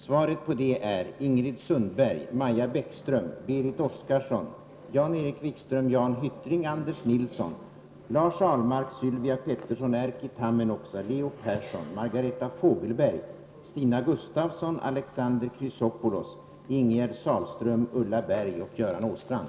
Svaret på det är: Ingrid Sundberg, Maja Bäckström, Berit Oscarsson, Jan-Erik Wikström, Jan Hyttring, Anders Nilsson, Lars Ahlmark, Sylvia Pettersson, Erkki Tammenoksa, Leo Persson, Margareta Fogelberg, Stina Gustavsson, Alexander Chrisopoulos, Ingegerd Sahlström, Ulla Berg och Göran Åstrand.